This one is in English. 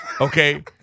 Okay